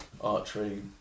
archery